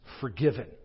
forgiven